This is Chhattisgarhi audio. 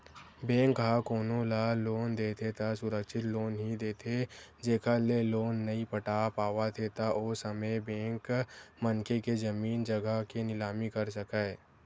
बेंक ह कोनो ल लोन देथे त सुरक्छित लोन ही देथे जेखर ले लोन नइ पटा पावत हे त ओ समे बेंक मनखे के जमीन जघा के निलामी कर सकय